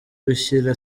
gushyira